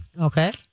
Okay